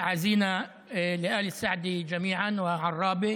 תנחומינו לכל משפחת אל-סעדי ועראבה.)